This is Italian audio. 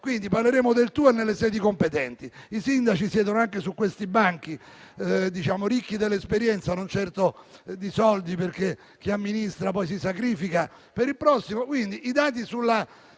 Parleremo del TUEL nelle sedi competenti. I sindaci siedono anche su questi banchi, ricchi di esperienza e non certo di soldi, perché chi amministra poi si sacrifica